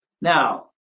Now